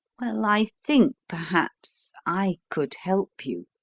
well, i think, perhaps, i could help you,